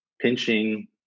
pinching